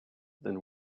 then